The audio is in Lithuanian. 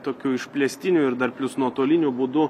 tokiu išplėstiniu ir dar plius nuotoliniu būdu